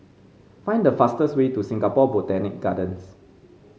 find the fastest way to Singapore Botanic Gardens